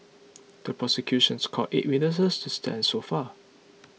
the prosecutions called eight witnesses to stand so far